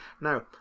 now